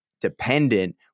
dependent